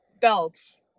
belts